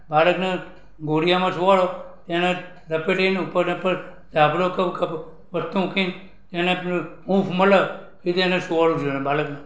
બાળકને ઘોડીયામાં સુવાડો એને લપેટી એને ઉપરને ઉપર ધાબળો કે વસ્તુ મુકીને એને હૂંફ મળે એ રીતે એને સુવાડવું જોઈએ એને બાળકને